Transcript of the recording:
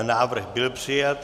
Návrh byl přijat.